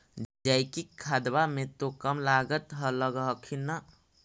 जैकिक खदबा मे तो कम लागत लग हखिन न?